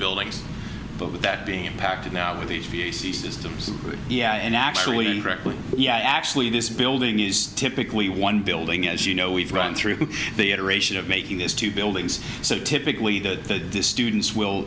buildings but with that being impacted now with these p c systems yeah and actually indirectly yeah actually this building is typically one building as you know we've run through the iteration of making these two buildings so typically the students will